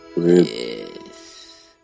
yes